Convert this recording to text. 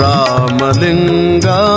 Ramalinga